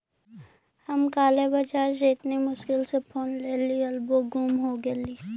हम काले बाजार से इतनी मुश्किल से फोन लेली हल वो गुम हो गेलई